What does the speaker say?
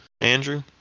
Andrew